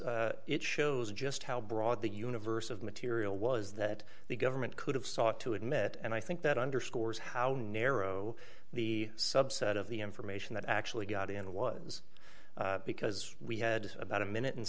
because it shows just how broad the universe of material was that the government could have sought to admit and i think that underscores how narrow the subset of the information that actually got in was because we had about a minute and